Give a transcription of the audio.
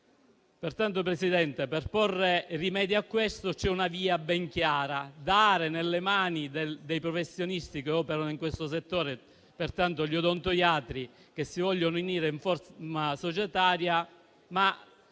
per porre rimedio a questo, c'è una via ben chiara: dare la possibilità ai professionisti che operano in questo settore, cioè gli odontoiatri, che si vogliono unire in forma societaria,